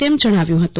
તેમ જણાવ્યું હતું